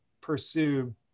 pursue